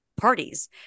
parties